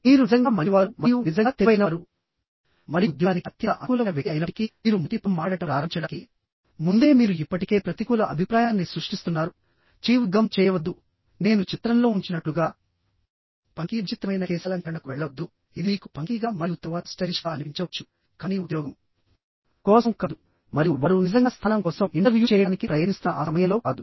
మీరు నిజంగా మంచివారు మరియు నిజంగా తెలివైనవారు మరియు ఉద్యోగానికి అత్యంత అనుకూలమైన వ్యక్తి అయినప్పటికీ మీరు మొదటి పదం మాట్లాడటం ప్రారంభించడానికి ముందే మీరు ఇప్పటికే ప్రతికూల అభిప్రాయాన్ని సృష్టిస్తున్నారు చీవ్ గమ్ చేయవద్దునేను చిత్రంలో ఉంచినట్లుగా పంకీ విచిత్రమైన కేశాలంకరణకు వెళ్లవద్దు ఇది మీకు పంకీగా మరియు తరువాత స్టైలిష్గా అనిపించవచ్చు కానీ ఉద్యోగం కోసం కాదు మరియు వారు నిజంగా స్థానం కోసం ఇంటర్వ్యూ చేయడానికి ప్రయత్నిస్తున్న ఆ సమయంలో కాదు